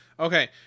Okay